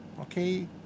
okay